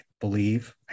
Believe